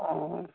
অঁ